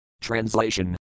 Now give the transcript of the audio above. Translation